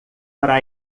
para